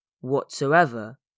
whatsoever